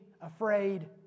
afraid